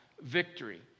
victory